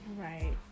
Right